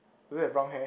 does he have brown hair